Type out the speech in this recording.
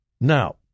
Now